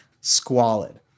Squalid